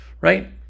right